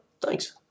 Thanks